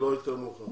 יותר מאוחר.